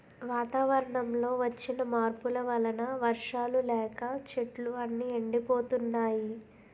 వాతావరణంలో వచ్చిన మార్పుల వలన వర్షాలు లేక చెట్లు అన్నీ ఎండిపోతున్నాయి